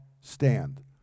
stand